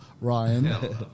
Ryan